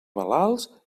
malalts